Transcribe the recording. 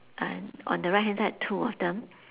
and on the right hand side two of them